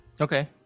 Okay